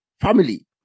family